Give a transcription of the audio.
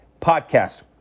podcast